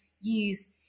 use